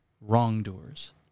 wrongdoers